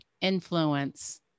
influence